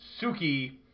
Suki